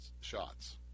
shots